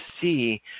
see